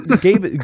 Gabe